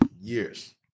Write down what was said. years